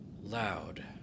Loud